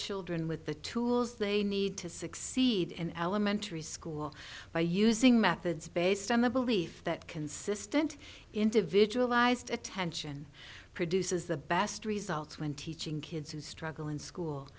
children with the tools they need to succeed in elementary school by using methods based on the belief that consistent individualized attention produces the best results when teaching kids who struggle in school